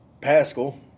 Pascal